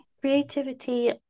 Creativity